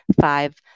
five